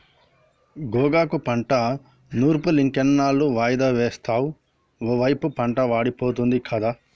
గోగాకు పంట నూర్పులింకెన్నాళ్ళు వాయిదా వేస్తావు ఒకైపు పంటలు వాడిపోతుంది గదా